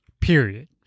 Period